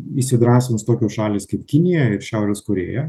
įsidrąsins tokios šalys kaip kinija ir šiaurės korėja